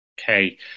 Okay